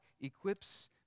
equips